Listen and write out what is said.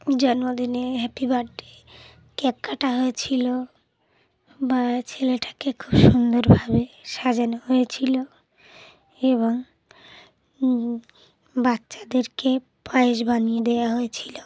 জন্মদিনে happy birthday cake কাটা হয়েছিলো বা ছেলেটাকে খুব সুন্দরভাবে সাজানো হয়েছিলো এবং বাচ্চাদেরকে পায়েস বানিয়ে দেওয়া হয়েছিলো